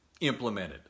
implemented